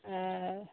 ओ